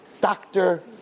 doctor